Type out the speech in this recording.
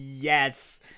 Yes